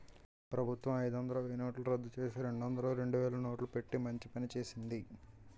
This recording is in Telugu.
ప్రభుత్వం అయిదొందలు, వెయ్యినోట్లు రద్దుచేసి, రెండొందలు, రెండువేలు నోట్లు పెట్టి మంచి పని చేసింది